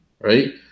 right